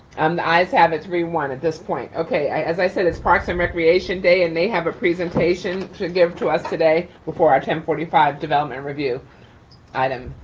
um the ayes have it three one at this point. okay, as i said, it's parks and recreation day and they have a presentation to give to us today before our ten forty five development review item.